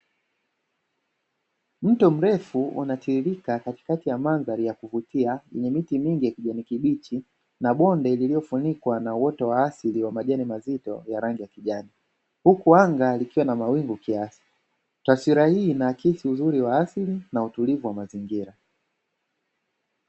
Mto mrefu unatiririka katikati ya mandhari ya kuvutia yenye miti mingi ya kijani kibichi na bonde lililofunikwa na uoto wa asili wa majani mazito ya rangi ya kijani, huku anga likiwa na mawingu kiasi taswira hii inaakisi uzuri wa asili na utulivu wa mazingira.